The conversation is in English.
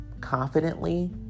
confidently